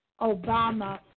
Obama